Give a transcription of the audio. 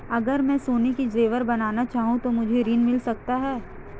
अगर मैं सोने के ज़ेवर बनाना चाहूं तो मुझे ऋण मिल सकता है?